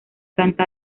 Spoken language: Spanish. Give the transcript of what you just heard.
planta